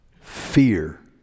fear